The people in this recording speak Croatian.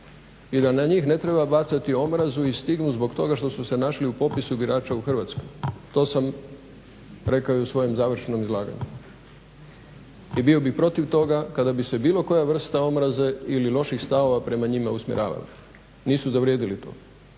i da na njih ne treba bacati omrazu i stigmu zbog toga što su se našli u popisu birača u Hrvatskoj. To sam rekao i u svojem završnom izlaganju i bio bih protiv toga kada bi se bilo koja vrsta omraze ili loših stavova prema njima usmjeravala. Nisu zavrijedili to,